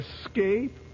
escape